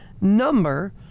number